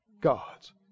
gods